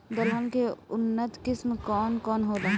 दलहन के उन्नत किस्म कौन कौनहोला?